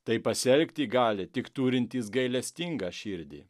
taip pasielgti gali tik turintys gailestingą širdį